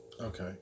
okay